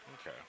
Okay